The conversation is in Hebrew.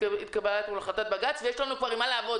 התקבלה החלטת בג"ץ ויש לנו כבר עם מה לעבוד,